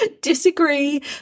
disagree